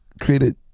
created